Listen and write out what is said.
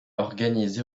organisé